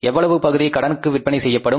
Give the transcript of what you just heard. எவ்வளவு பகுதி கடனுக்கு விற்பனை செய்யப்படும்